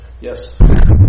Yes